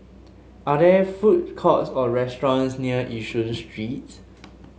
are there food courts or restaurants near Yishun Street